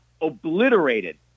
obliterated